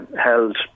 held